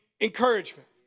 encouragement